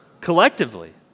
collectively